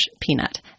Peanut